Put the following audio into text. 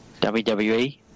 WWE